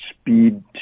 speed